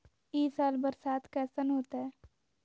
ई साल बरसात कैसन होतय?